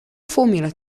formula